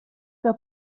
que